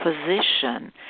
position